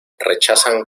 rechazan